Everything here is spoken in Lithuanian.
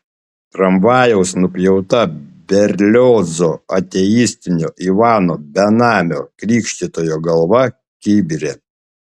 tramvajaus nupjauta berliozo ateistinio ivano benamio krikštytojo galva kibire